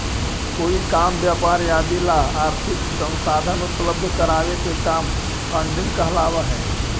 कोई काम व्यापार आदि ला आर्थिक संसाधन उपलब्ध करावे के काम फंडिंग कहलावऽ हई